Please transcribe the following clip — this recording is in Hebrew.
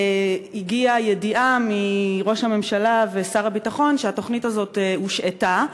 הגיעה ידיעה מראש הממשלה ושר הביטחון שהתוכנית הזאת הושעתה,